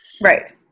Right